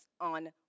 on